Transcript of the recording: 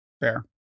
Fair